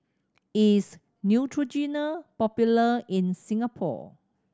is Neutrogena popular in Singapore